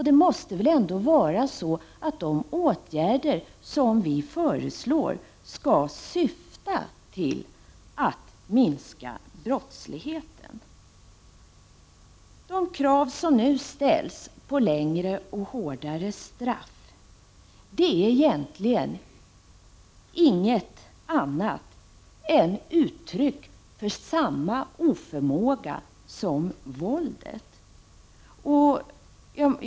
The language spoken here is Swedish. Det måste väl ändå vara så, att de åtgärder som vi föreslår skall syfta till att minska brottsligheten? De krav som nu ställs på längre och hårdare straff är egentligen inget annan än uttryck för samma oförmåga som våldet.